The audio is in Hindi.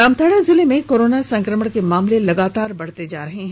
जामताड़ा जिले में कोरोना संक्रमण के मामले लगातार बढ़ते जा रहे हैं